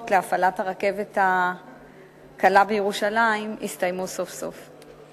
להפעלת הרכבת הקלה בירושלים יסתיימו סוף-סוף.